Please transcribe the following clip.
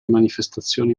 manifestazioni